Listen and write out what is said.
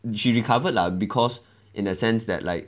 she recovered lah because in the sense that like